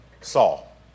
Saul